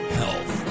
health